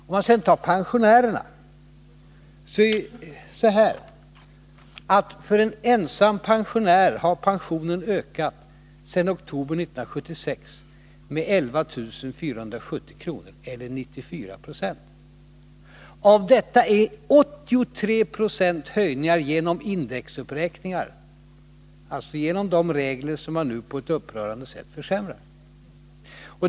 När det sedan gäller pensionärerna, är det så att för en ensam pensionär har pensionen ökat sedan oktober 1976 med 11 470 kr. eller 94 26. Av detta är 83 20 höjningar genom indexuppräkningar, dvs. genom de regler som man nu på ett upprörande sätt försämrar.